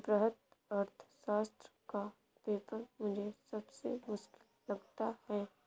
वृहत अर्थशास्त्र का पेपर मुझे सबसे मुश्किल लगता है